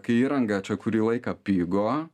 kai įranga čia kurį laiką pigo